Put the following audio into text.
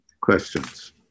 questions